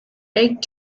egg